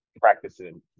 practicing